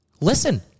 Listen